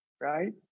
right